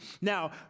Now